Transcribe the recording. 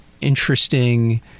interesting